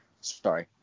sorry